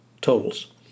totals